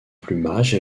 plumage